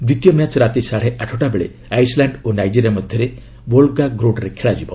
ଦ୍ୱିତୀୟ ମ୍ୟାଚ୍ ରାତି ସାଢ଼େ ଆଠଟା ବେଳେ ଆଇସ୍ଲାଣ୍ଡ ଓ ନାଇଜେରିଆ ମଧ୍ୟରେ ବୋଲଗୋଗ୍ରାଡ୍ରେ ଖେଳାଯିବ